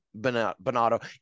Bonato